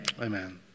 Amen